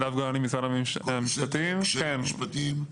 קשיים משפטיים?